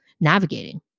navigating